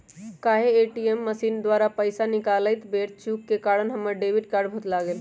काल्हे ATM machine द्वारा पइसा निकालइत बेर चूक के कारण हमर डेबिट कार्ड भुतला गेल